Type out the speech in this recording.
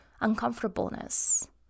uncomfortableness